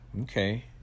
Okay